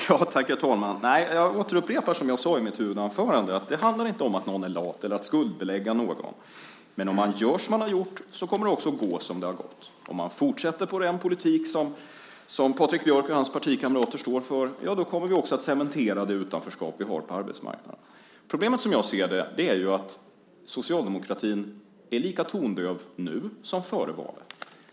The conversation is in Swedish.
Herr talman! Nej, jag återupprepar det som jag sade i mitt huvudanförande: Det handlar inte om att någon är lat eller om att skuldbelägga någon. Men om man gör som man har gjort kommer det att gå som det har gått. Om vi fortsätter med den politik som Patrik Björck och hans partikamrater står för kommer vi att cementera det utanförskap vi har på arbetsmarknaden. Problemet som jag ser det är att socialdemokratin är lika tondöv nu som före valet.